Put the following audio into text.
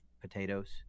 potatoes